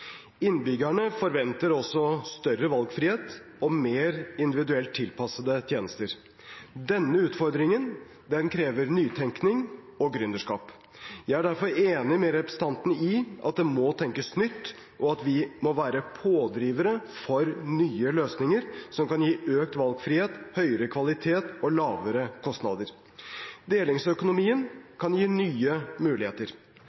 Innbyggerne forventer også større valgfrihet og mer individuelt tilpassede tjenester. Denne utfordringen krever nytenkning og gründerskap. Jeg er derfor enig med representanten i at det må tenkes nytt, og at vi må være pådrivere for nye løsninger som kan gi økt valgfrihet, høyere kvalitet og lavere kostnader. Delingsøkonomien kan gi nye muligheter.